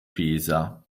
pisa